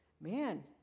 man